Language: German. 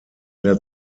der